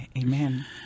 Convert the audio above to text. amen